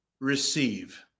receive